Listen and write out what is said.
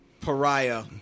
Pariah